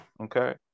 okay